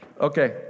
Okay